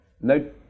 No